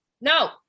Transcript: No